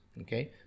Okay